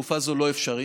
בתקופה זו הוא לא אפשרי.